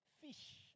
Fish